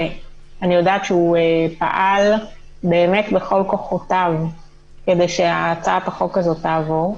ואני יודעת שהוא פעל באמת בכל כוחותיו כדי שהצעת החוק הזאת תעבור.